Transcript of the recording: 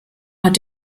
hat